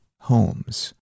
homes